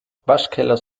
waschkeller